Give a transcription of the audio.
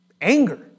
anger